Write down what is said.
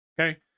Okay